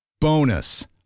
Bonus